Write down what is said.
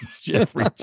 Jeffrey